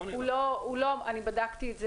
אני בדקתי את זה,